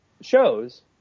shows